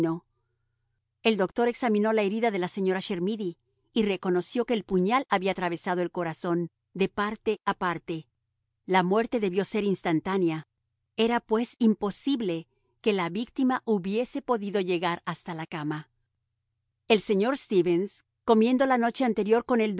el doctor examinó la herida de la señora chermidy y reconoció que el puñal había atravesado el corazón de parte a parte la muerte debió de ser instantánea era pues imposible que la víctima hubiese podido llegar hasta la cama el señor stevens comiendo la noche anterior con el